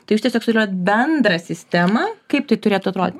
tai jūs tiesiog sudėliojot bendrą sistemą kaip tai turėtų atrodyti